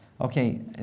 Okay